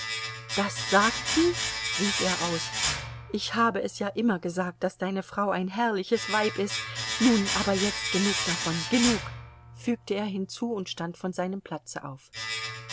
das sagt sie rief er aus ich habe es ja immer gesagt daß deine frau ein herrliches weib ist nun aber jetzt genug davon genug fügte er hinzu und stand von seinem platze auf